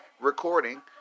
recording